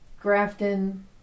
Grafton